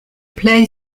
plej